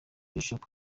bishop